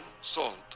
Salt